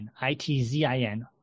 I-T-Z-I-N